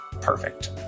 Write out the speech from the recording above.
perfect